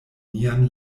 nian